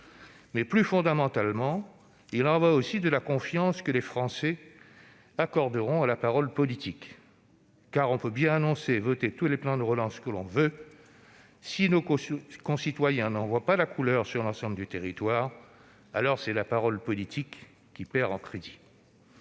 Plus fondamentalement, il y va aussi de la confiance que les Français accorderont à la parole politique. En effet, l'on peut bien annoncer et voter tous les plans de relance que l'on veut ; si nos concitoyens n'en voient pas la couleur sur le terrain, alors c'est la parole politique qui perd en crédit.